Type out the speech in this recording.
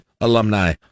alumni